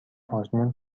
آزمون